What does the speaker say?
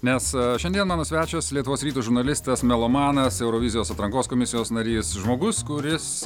nes šiandien mano svečias lietuvos ryto žurnalistas melomanas eurovizijos atrankos komisijos narys žmogus kuris